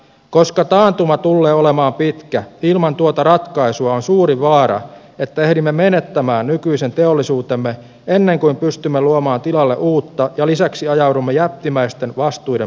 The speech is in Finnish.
koska taantuma tullee olemaan pitkä ilman tuota ratkaisua on suuri vaara että ehdimme menettämään nykyisen teollisuutemme ennen kuin pystymme luomaan tilalle uutta ja lisäksi ajaudumme jättimäisten vastuiden maksajiksi